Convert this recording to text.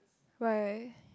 why